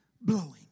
blowing